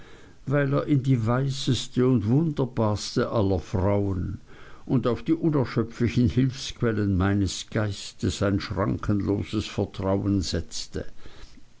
weil er in die weiseste und wunderbarste aller frauen und auf die unerschöpflichen hilfsquellen meines geistes ein schrankenloses vertrauen setzte